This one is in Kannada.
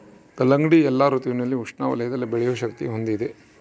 ಕಲ್ಲಂಗಡಿ ಎಲ್ಲಾ ಋತುವಿನಲ್ಲಿ ಉಷ್ಣ ವಲಯದಲ್ಲಿ ಬೆಳೆಯೋ ಶಕ್ತಿ ಹೊಂದಿದೆ